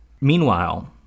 Meanwhile